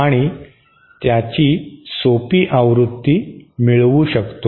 आणि त्याची सोपी आवृत्ती मिळवू शकतो